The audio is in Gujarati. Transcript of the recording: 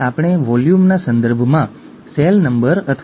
અન્ય દેશોમાં સિસ્ટિક ફાઇબ્રોસિસ તે યુ